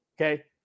Okay